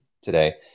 today